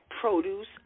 produce